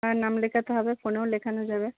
হ্যাঁ নাম লেখাতে হবে ফোনেও লেখানো যাবে